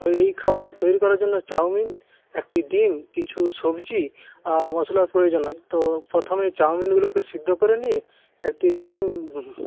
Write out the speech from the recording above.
তো এই খাবার তৈরি করার জন্য চাউমিন একটি ডিম কিছু সবজি আর মশলার প্রয়োজন হয় তো প্রথমে চাউমিনগুলোকে সিদ্ধ করে নিয়ে একটি ডিম